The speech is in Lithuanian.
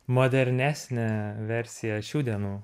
modernesnę versiją šių dienų